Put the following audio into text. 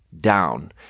down